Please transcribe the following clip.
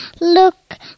Look